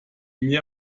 mehr